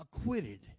acquitted